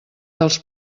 dels